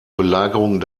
belagerung